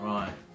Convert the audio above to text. Right